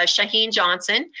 ah shaheen johnson,